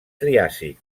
triàsic